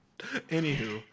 Anywho